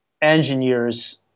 engineers